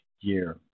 year